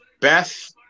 Beth